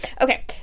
Okay